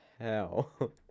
hell